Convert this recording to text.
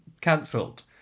cancelled